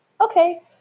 okay